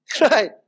Right